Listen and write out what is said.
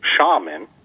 shaman